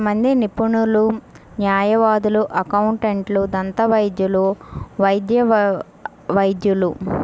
కొంతమంది నిపుణులు, న్యాయవాదులు, అకౌంటెంట్లు, దంతవైద్యులు, వైద్య వైద్యులు